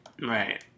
Right